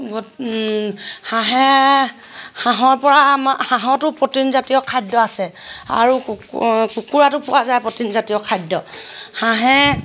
হাঁহে হাঁহৰ পৰা আমাৰ হাঁহতো প্ৰ'টিনজাতীয় খাদ্য আছে আৰু কু কুকুৰাটো পোৱা যায় প্ৰ'টিনজাতীয় খাদ্য হাঁহে